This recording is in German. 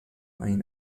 ein